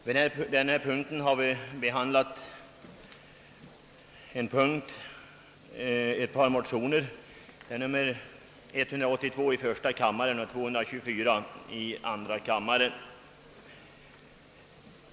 Herr talman! Under denna punkt behandlas ett par motioner, nr 182 i första kammaren och nr 224 i denna kammare.